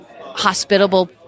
hospitable